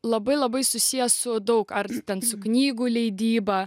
labai labai susiję su daug ar ten su knygų leidyba